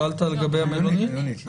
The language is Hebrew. שאלת לגבי המלונית?